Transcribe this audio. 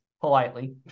politely